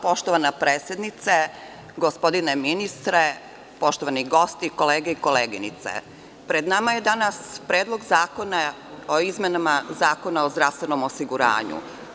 Poštovana predsednice, gospodine ministre, poštovani gosti, kolege i koleginice, pred nama je danas Predlog zakona o izmenama Zakona o zdravstvenom osiguranju.